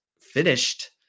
finished